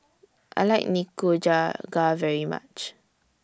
I like Nikujaga very much